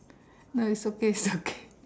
no it's okay it's okay